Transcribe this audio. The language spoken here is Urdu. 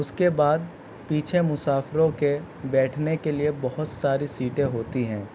اس کے بعد پیچھے مسافروں کے بیٹھنے کے لیے بہت ساری سیٹیں ہوتی ہیں